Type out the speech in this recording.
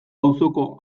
auzoko